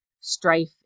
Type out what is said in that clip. strife